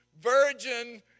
virgin